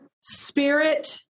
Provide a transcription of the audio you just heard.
spirit